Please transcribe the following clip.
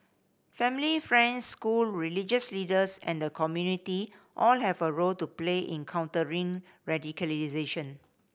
family friends school religious leaders and the community all have a role to play in countering radicalisation